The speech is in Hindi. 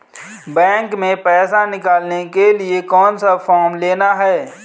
बैंक में पैसा निकालने के लिए कौन सा फॉर्म लेना है?